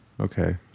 Okay